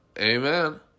Amen